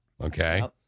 Okay